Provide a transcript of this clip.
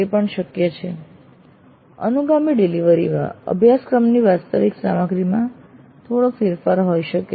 તે પણ શક્ય છે કે અનુગામી ડિલિવરી માં અભ્યાસક્રમની વાસ્તવિક સામગ્રીમાં થોડો ફેરફાર હોઈ શકે